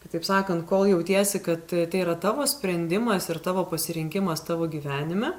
kitaip sakant kol jautiesi kad tai yra tavo sprendimas ir tavo pasirinkimas tavo gyvenime